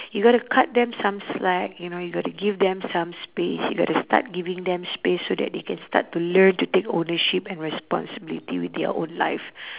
you got to cut them some slack you know you got to give them some space you got to start giving them space so that they can start to learn to take ownership and responsibility with their own life